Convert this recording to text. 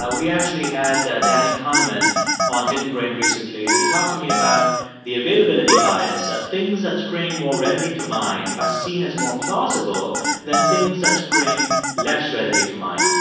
ah we actually had danny kahneman on hidden brain recently, and he talked to me about the availability bias. ah things that spring more readily to mind are seen as more plausible than things that spring less readily to mind.